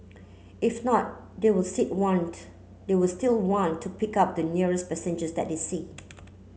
if not they will still want they will still want to pick up the nearest passenger that they see